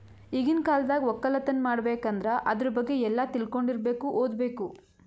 ಈಗಿನ್ ಕಾಲ್ದಾಗ ವಕ್ಕಲತನ್ ಮಾಡ್ಬೇಕ್ ಅಂದ್ರ ಆದ್ರ ಬಗ್ಗೆ ಎಲ್ಲಾ ತಿಳ್ಕೊಂಡಿರಬೇಕು ಓದ್ಬೇಕು